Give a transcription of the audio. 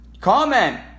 Comment